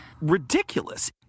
ridiculous